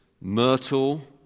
myrtle